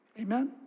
Amen